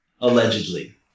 allegedly